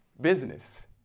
business